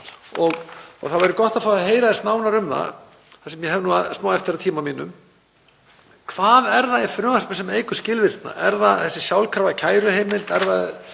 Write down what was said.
ár? Það væri gott að fá að heyra aðeins nánar um það þar sem ég á smá eftir af tíma mínum: Hvað er það í frumvarpinu sem eykur skilvirkni? Er það þessi sjálfkrafa kæruheimild?